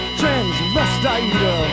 transvestite